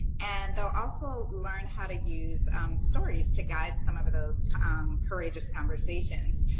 and they'll also learn how to use stories to guide some of of those courageous conversations.